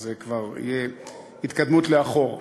אז זו תהיה התקדמות לאחור.